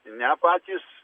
ne patys